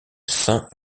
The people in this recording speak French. saint